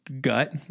gut